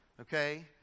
okay